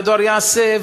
והדואר יעשה,